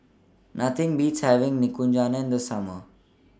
Nothing Beats having Nikujaga in The Summer